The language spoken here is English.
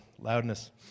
loudness